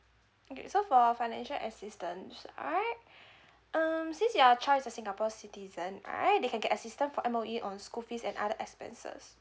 okay so for financial assistance right um since your child is a singapore citizen right they can get assistance from M_O_E on school fees and other expenses